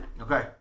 Okay